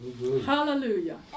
Hallelujah